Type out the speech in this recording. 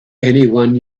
anyone